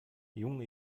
junge